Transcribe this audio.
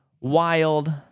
wild